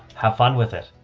have fun with it.